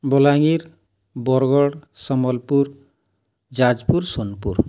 Balangir Bargarh Sambalpur Jajpur Sonepur